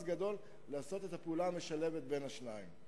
גדול לעשות את הפעולה המשלבת בין השניים.